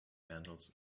handles